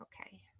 okay